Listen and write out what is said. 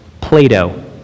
Plato